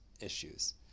issues